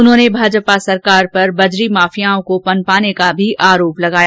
उन्होंने भाजपा सरकार पर बजरी माफियाओं को पनपाने का आरोप भी लगाया